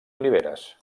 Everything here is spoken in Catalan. oliveres